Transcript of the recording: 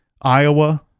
Iowa